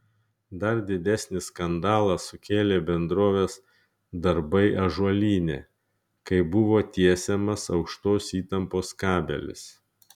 dar didesnį skandalą sukėlė bendrovės darbai ąžuolyne kai buvo tiesiamas aukštos įtampos kabelis